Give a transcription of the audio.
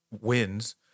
wins